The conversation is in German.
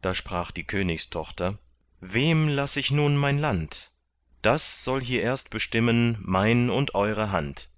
da sprach die königstochter wem laß ich nun mein land das soll hier erst bestimmen mein und eure hand